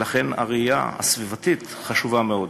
ולכן הראייה הסביבתית חשובה מאוד.